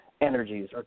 energies